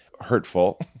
hurtful